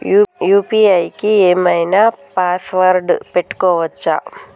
UPI కి ఏం ఐనా పాస్వర్డ్ పెట్టుకోవచ్చా?